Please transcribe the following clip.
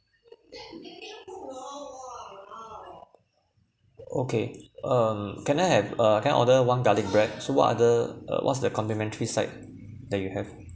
okay um can I have uh can I order one garlic bread so what other uh what's the complimentary side that you have